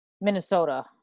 Minnesota